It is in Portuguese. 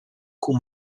com